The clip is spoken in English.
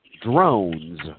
drones